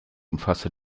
umfasste